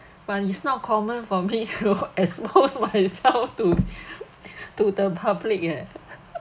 but it's not common for me oh expose myself to to the public eh